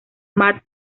matt